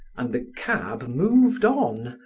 and the cab moved on,